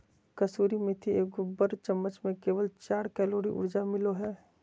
कसूरी मेथी के एगो बड़ चम्मच में केवल चार कैलोरी ऊर्जा मिलो हइ